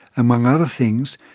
among other things,